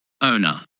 owner